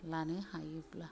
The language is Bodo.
लानो हायोब्ला